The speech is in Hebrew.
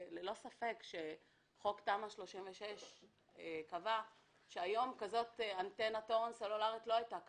ללא ספק שתמ"א 36 קבעה שהיום אנטנת תורן סלולרית כזאת לא הייתה קמה.